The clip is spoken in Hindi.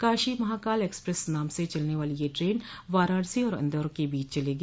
काशी महाकाल एक्सप्रेस नाम से चलने वाली यह ट्रेन वाराणसी और इन्दौर के बीच चलेगी